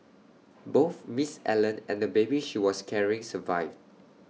both miss Allen and the baby she was carrying survived